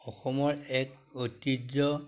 অসমৰ এক ঐতিহ্য